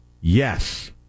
yes